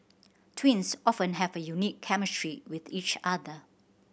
twins often have a unique chemistry with each other